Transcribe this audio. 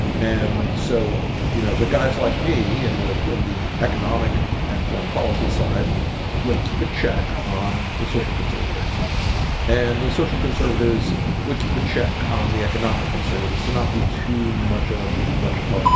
and so, you know the guys like me in and the in the economic and foreign policy side would keep a check on the social conservatives and the social conservatives would keep a check on the economic conservatives to not be too much of a bunch of harlem